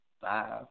five